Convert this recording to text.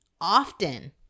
often